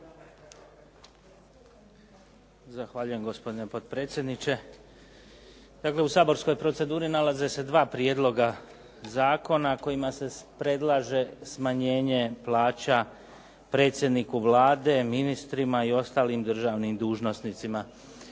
Zahvaljujem gospodine podpredsjeniče. Dakle, u saborskoj proceduri nalaze se dva prijedloga zakona kojima se predlaže smanjenje plaća predsjedniku Vlade, ministrima i ostalim državnim dužnosnicima.